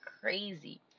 crazy